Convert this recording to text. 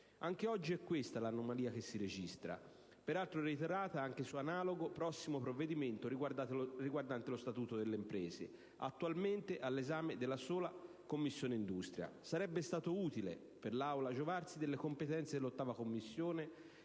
Anche oggi è questa l'anomalia che registriamo, che sarà peraltro reiterata anche su un analogo provvedimento riguardante lo statuto delle imprese, attualmente all'esame della Commissione industria. Sarebbe stato utile per l'Aula giovarsi delle competenze dell'8a Commissione